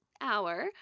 hour